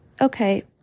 okay